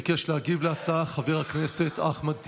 ביקש להגיב על ההצעה חבר הכנסת אחמד טיבי,